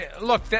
look